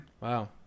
Wow